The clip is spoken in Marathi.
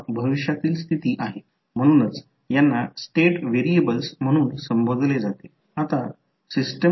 तर अशा परिस्थितीत प्रत्यक्षात करंट I डॉटमध्ये प्रवेश करतो परंतु हा करंट डॉट पासून दूर जात आहे ते तेथे नाही समजा डॉट येथे आहे डॉट केले आहे